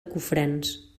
cofrents